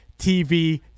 TV